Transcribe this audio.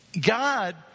God